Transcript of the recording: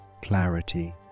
clarity